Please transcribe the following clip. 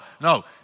no